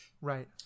right